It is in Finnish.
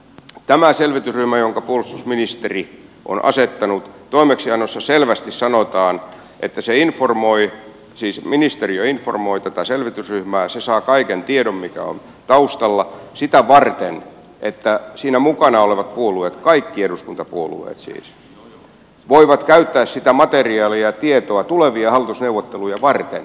tämän selvitysryhmän jonka puolustusministeri on asettunut toimeksiannossa selvästi sanotaan että ministeriö informoi tätä selvitysryhmää se saa kaiken tiedon mikä on taustalla sitä varten että siinä mukana olevat puolueet kaikki eduskuntapuolueet siis voivat käyttää sitä materiaalia ja tietoa tulevia hallitusneuvotteluja varten